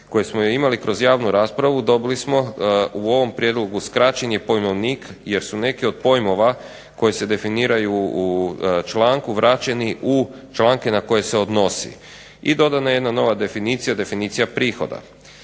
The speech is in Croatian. koje smo imali kroz javnu raspravu dobili smo u ovom Prijedlogu skraćeni pojmovnik jer su neki od pojmova koji se definiraju u članku vraćeni u članke na koje se odnosi i dodana je jedna nova definicija, definicija prihoda.